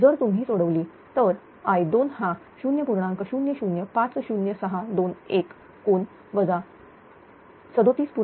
जर तुम्ही सोडवली तर i2 हा 0